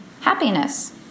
happiness